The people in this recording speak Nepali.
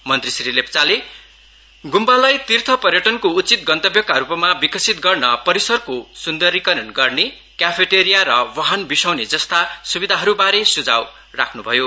मन्त्री श्री लेप्चाले गुम्बालाई तिर्थ पर्यटनको उचित गन्तव्यका रूपमा विकसित गर्न परिसरको सुन्दरीकरण गर्ने क्याफेटेरिया र वाहन बिसाउने जस्ता सुविधाहरू बारे सुझाउ राख्नुभयो